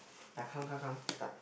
ya come come come start